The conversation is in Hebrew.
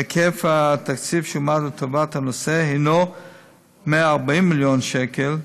היקף התקציב שהועמד לטובת הנושא הנו 140 מיליון שקל,